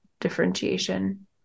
differentiation